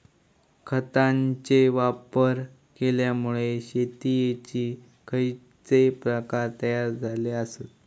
खतांचे वापर केल्यामुळे शेतीयेचे खैचे प्रकार तयार झाले आसत?